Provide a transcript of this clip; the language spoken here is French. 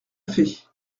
fait